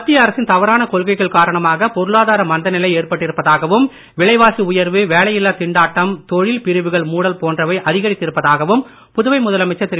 மத்திய அரசின் தவறான கொள்கைகள் காரணமாக பொருளாதார மந்த நிலை ஏற்பட்டிருப்பதாகவும் விலைவாசி உயர்வு வேலையில்லாத் திண்டாட்டம் தொழில் பிரிவுகள் மூடல் போன்றவை அதிகரித்திருப்பதாகவும் புதுவை முதலமைச்சர் திரு